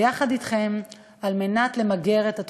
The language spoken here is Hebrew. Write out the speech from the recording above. ביחד אתכם, על מנת למגר את התופעה.